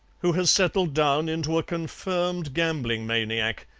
who has settled down into a confirmed gambling maniac,